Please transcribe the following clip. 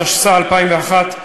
התשס"א 2001,